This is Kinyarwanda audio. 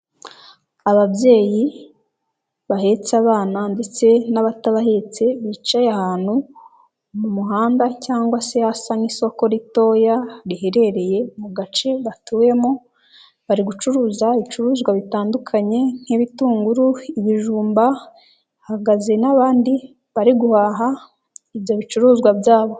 Ababyeyi bahetse abana ndetse n'abatabahetse bicaye ahantu mu muhanda cyangwa se hasa nk'isoko ritoya riherereye mu gace batuyemo, bari gucuruza ibicuruzwa bitandukanye nk'ibitunguru, ibijumba, hahagaze n'abandi bari guhaha ibyo bicuruzwa byabo.